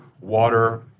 water